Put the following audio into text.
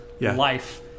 life